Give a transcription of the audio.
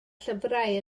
llyfrau